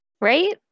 right